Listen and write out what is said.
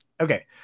Okay